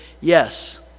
yes